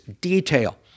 detail